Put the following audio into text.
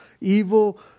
evil